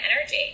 energy